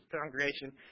congregation